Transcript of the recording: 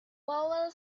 powell